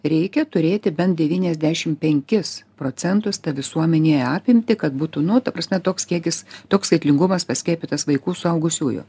reikia turėti bent devyniasdešim penkis procentus ta visuomenėje apimtį ka būtų nu ta prasme toks kiekis toks skaitlingumas paskiepytas vaikų suaugusiųjų